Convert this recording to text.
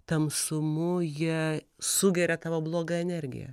tamsumu jie sugeria tavo blogą energiją